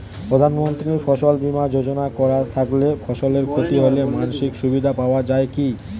প্রধানমন্ত্রী ফসল বীমা যোজনা করা থাকলে ফসলের ক্ষতি হলে মাসিক সুবিধা পাওয়া য়ায় কি?